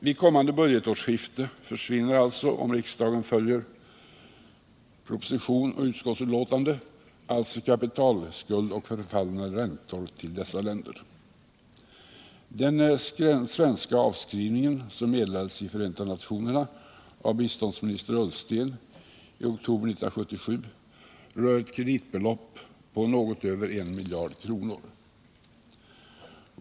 Vid kommande budgetårsskifte försvinner alltså, om riksdagen följer proposition och utskottsbetänkande, både kapitalskuld och förfallna räntor till dessa länder. Den svenska avskrivningen, som i oktober 1977 meddelades i Förenta nationerna av biståndsministern Ola Ullsten, rör ett kreditbelopp på något över 1 miljard kronor.